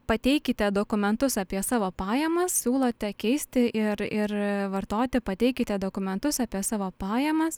pateikite dokumentus apie savo pajamas siūlote keisti ir ir vartoti pateikite dokumentus apie savo pajamas